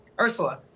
Ursula